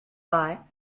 pas